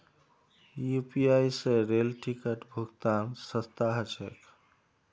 UPI स rail ticket भुक्तान सस्ता ह छेक